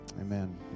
Amen